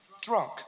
Drunk